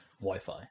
Wi-Fi